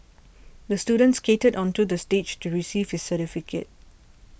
the student skated onto the stage to receive his certificate